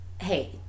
hey